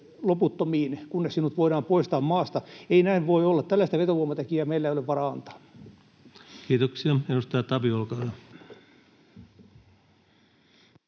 loputtomiin, kunnes sinut voidaan poistaa maasta. Ei näin voi olla. Tällaista vetovoimatekijää meillä ei ole varaa antaa. Kiitoksia. — Edustaja Tavio, olkaa hyvä.